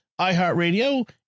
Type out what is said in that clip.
iHeartRadio